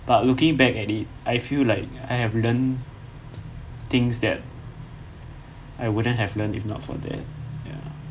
but looking back at it I feel like I have learnt things that I wouldn't have learnt if not for that ya